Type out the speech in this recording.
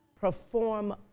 perform